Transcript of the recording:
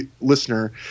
listener